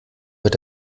wird